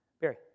Barry